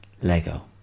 Lego